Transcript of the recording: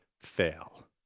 fail